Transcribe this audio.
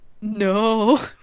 No